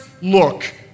look